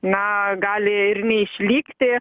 na gali ir neišlikti